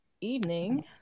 evening